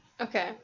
okay